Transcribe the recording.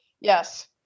Yes